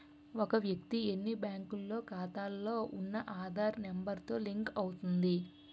ఒక వ్యక్తి ఎన్ని బ్యాంకుల్లో ఖాతాలో ఉన్న ఆధార్ నెంబర్ తో లింక్ అవుతుంది